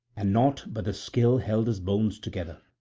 and naught but the skill held his bones together.